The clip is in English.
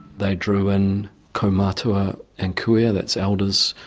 they drew in kaumatua and kuia, yeah that's elders,